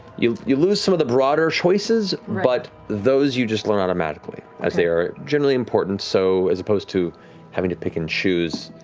you you lose some of the broader choices, but those you just learn automatically as they are generally important so as opposed to having to pick and choose.